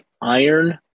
Iron